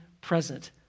present